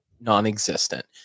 non-existent